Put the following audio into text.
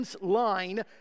line